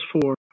four